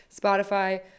Spotify